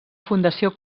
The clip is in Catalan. fundació